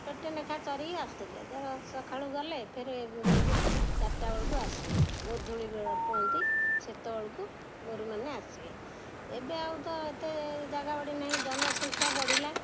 ପେଟେ ଲେଖା ଚରିିକି ଆସଥିଲେ ଧର ସକାାଳୁ ଗଲେ ଫେରେ ଯାଇ କରି ଚାରିଟା ବେଳକୁ ଆସିବେ ଗୋଧୂଳି ବେଳ କୁହନ୍ତି ସେତେବେଳକୁ ଗୋରୁମାନେ ଆସିବେ ଏବେ ଆଉ ତ ଏତେ ଜାଗା ବାଡ଼ି ନାହିଁ ଜନସଂଖ୍ୟା ବଢ଼ିଲା